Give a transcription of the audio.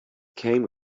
came